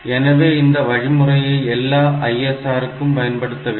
எனவே இந்த வழிமுறையை எல்லா ISR க்கும் பயன்படுத்த வேண்டும்